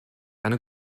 eine